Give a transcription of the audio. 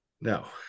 No